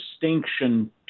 distinction